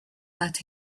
that